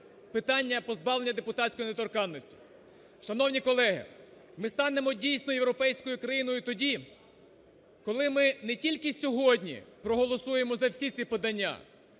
питання позбавлення депутатської недоторканності. Шановні колеги, ми станемо дійсно європейською країною тоді, коли ми не тільки сьогодні проголосуємо за всі ці подання,